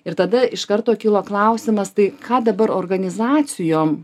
ir tada iš karto kilo klausimas tai ką dabar organizacijom